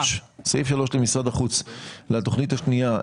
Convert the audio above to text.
סעיף 3 למשרד החוץ, התוכנית השנייה.